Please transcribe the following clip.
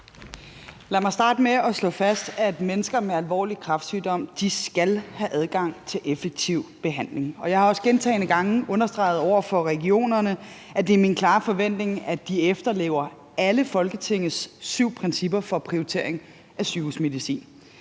Lad mig starte med at slå fast, at mennesker med alvorlig kræftsygdom skal have adgang til effektiv behandling. Og jeg har også gentagne gange understreget over for regionerne, at det er min klare forventning, at de efterlever alle Folketingets syv principper for prioritering af sygehusmedicin.